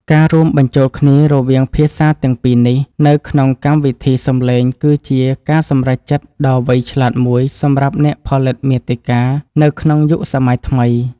ការរួមបញ្ចូលគ្នារវាងភាសាទាំងពីរនេះនៅក្នុងកម្មវិធីសំឡេងគឺជាការសម្រេចចិត្តដ៏វៃឆ្លាតមួយសម្រាប់អ្នកផលិតមាតិកានៅក្នុងយុគសម័យថ្មី។